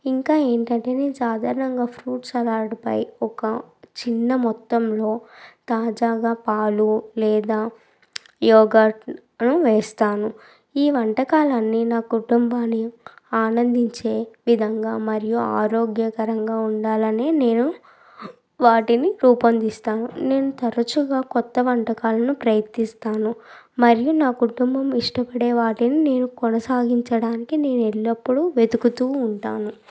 ఇంకా ఏంటంటే నేను సాధారణంగా ఫ్రూట్స్ సలాడ్పై ఒక చిన్న మొత్తంలో తాజాగా పాలు లేదా యోగట్ను వేస్తాను ఈ వంటకాలన్నీ నా కుటుంబాన్ని ఆనందించే విధంగా మరియు ఆరోగ్యకరంగా ఉండాలని నేను వాటిని రూపొందిస్తాను నేను తరచుగా కొత్త వంటకాలను ప్రయత్నిస్తాను మరియు నా కుటుంబం ఇష్టపడే వాటిని నేను కొనసాగించడానికి నేను ఎల్లప్పుడూ వెతుకుతూ ఉంటాను